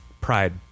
pride